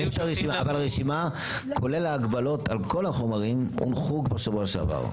הרשימה כולל ההגבלות על כל החומרים הונחו שבוע שעבר.